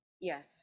Yes